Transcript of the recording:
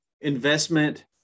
Investment